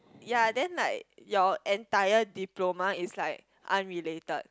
ya then like your entire diploma is like unrelated